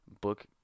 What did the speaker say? book